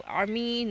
army